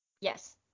yes